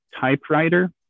typewriter